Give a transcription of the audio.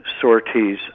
sorties